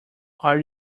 are